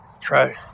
Try